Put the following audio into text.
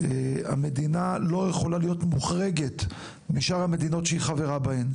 המדינה לא יכולה להיות מוחרגת משאר המדינות שהיא חברה בהן,